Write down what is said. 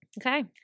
Okay